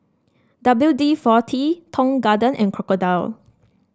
W D forty Tong Garden and Crocodile